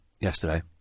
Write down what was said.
yesterday